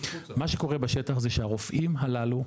זה שהרופאים הללו,